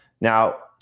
Now